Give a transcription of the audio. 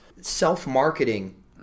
self-marketing